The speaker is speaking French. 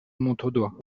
montaudoin